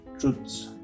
truths